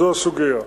ידוע.